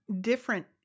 different